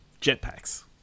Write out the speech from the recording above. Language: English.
jetpacks